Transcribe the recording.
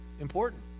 important